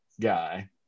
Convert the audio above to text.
guy